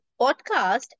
podcast